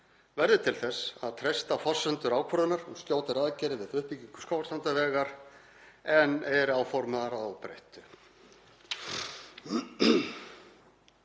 verði til þess að treysta forsendur ákvörðunar um skjótari aðgerðir við uppbyggingu Skógarstrandarvegar en eru áformaðar að óbreyttu.